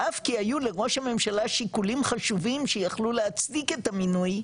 שאף כי היו לראש הממשלה שיקולים חשובים שיכלו להצדיק את המינוי.